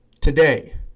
Today